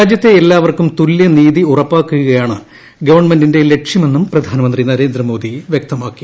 രാജ്യത്തെ എല്ലാവർക്കും തുല്യ നീതി ഉറപ്പാക്കുകയാണ് ഗവൺമെന്റിന്റെ ലക്ഷ്യമെന്നും പ്രധാനമന്ത്രി നരേന്ദ്രമോദി വൃക്തമാക്കി